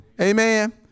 Amen